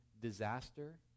disaster